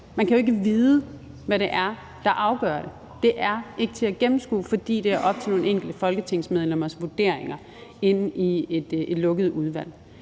Man kan jo ikke vide, hvad det er, der afgør det. Det er ikke til at gennemskue, fordi det er op til nogle enkelte folketingsmedlemmers vurderinger i et lukket udvalg.